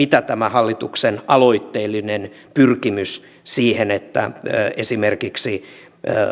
myös kuulla tästä hallituksen aloitteellisesta pyrkimyksestä siihen että esimerkiksi